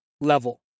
level